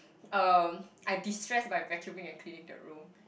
uh I destress by vacuuming and cleaning the room